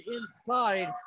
inside